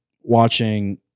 watching